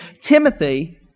Timothy